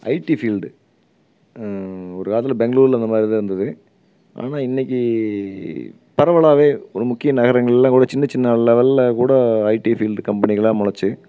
ID field ஒரு காலத்தில் பெங்களூரில் இந்த மாதிரிதான் இருந்தது ஆனால் இன்னிக்கி பரவலாகவே ஒரு முக்கிய நகரங்களில் கூட சின்ன சின்ன லெவலில் கூட ஐடி ஃபீல்டு கம்பெனிகளாக முளைச்சி